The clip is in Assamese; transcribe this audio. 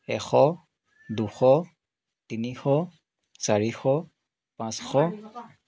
এশ দুশ তিনিশ চাৰিশ পাঁচশ